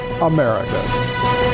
America